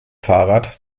fahrrad